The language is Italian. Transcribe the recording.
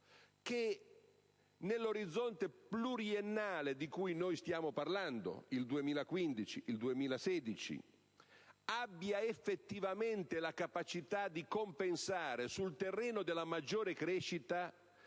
che nell'orizzonte pluriennale di cui stiamo parlando (2015-2016) abbiano effettivamente la capacità di compensare, sul terreno della maggiore crescita,